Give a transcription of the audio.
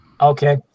Okay